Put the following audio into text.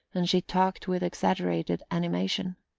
and she talked with exaggerated animation.